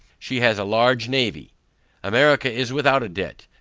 she has a large navy america is without a debt,